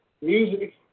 music